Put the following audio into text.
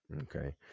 Okay